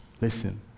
Listen